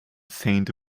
saint